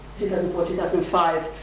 2004-2005